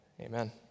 amen